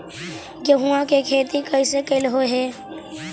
गेहूआ के खेती कैसे कैलहो हे?